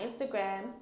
Instagram